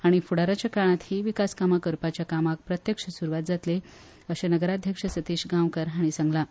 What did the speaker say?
आनी फुडाराच्या काळांत ही विकासकामां करपाच्या कामांक प्रत्यक्ष सुरवात जातली अशें नगराध्यक्ष सतीश गांवकार हांणी सांगलां